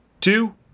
two